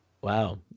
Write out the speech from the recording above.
Wow